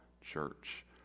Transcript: church